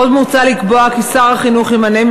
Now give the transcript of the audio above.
עוד מוצע לקבוע כי שר החינוך ימנה,